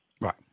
Right